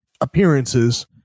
appearances